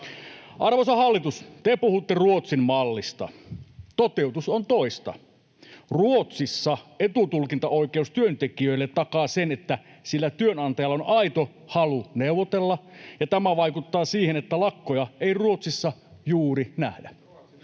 Arvoisa hallitus, te puhutte Ruotsin-mallista. Toteutus on toista. Ruotsissa etutulkintaoikeus työntekijöille takaa sen, että työnantajalla on aito halu neuvotella, ja tämä vaikuttaa siihen, että lakkoja ei Ruotsissa juuri nähdä.